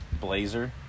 Blazer